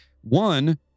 one